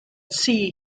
sea